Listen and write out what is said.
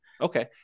Okay